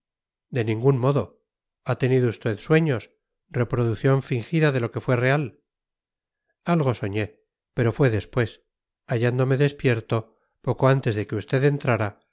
de ningún modo ha tenido usted sueños reproducción fingida de lo que fue real algo soñé pero fue después hallándome despierto poco antes de que usted entrara